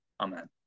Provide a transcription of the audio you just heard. Amen